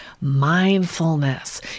mindfulness